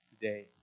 today